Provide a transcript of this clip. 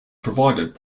provided